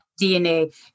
DNA